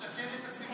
את משקרת לציבור.